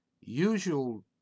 Usual